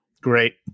Great